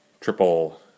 triple